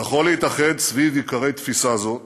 יכול להתאחד סביב עיקרי תפיסה זו,